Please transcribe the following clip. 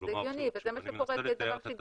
זה הגיוני וזה מה שקורה כדבר שגרתי.